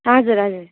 हजुर हजुर